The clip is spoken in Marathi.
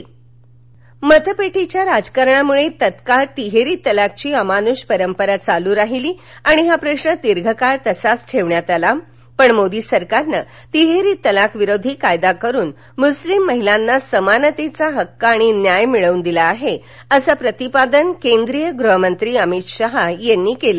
अमित शहा मतपेटीच्या राजकारणामुळे तत्काळ तिहेरी तलाकची अमानुष परंपरा चालू राहिली आणि हा प्रश्न दीर्घकाळ तसाच ठेवण्यात आला पण मोदी सरकारनं तिहेरी तलाक विरोधी कायदा करून मुस्लीम महिलांना समानतेचा हक्क आणि न्याय मिळवून दिला आहे असं प्रतिपादन केंद्रीय गृहमंत्री अमित शहा यांनी केलं